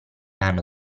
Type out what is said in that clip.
hanno